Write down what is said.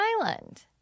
Island